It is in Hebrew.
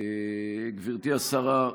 גברתי השרה,